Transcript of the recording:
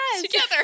together